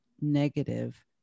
negative